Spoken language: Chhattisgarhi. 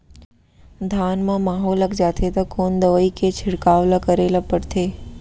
धान म माहो लग जाथे त कोन दवई के छिड़काव ल करे ल पड़थे?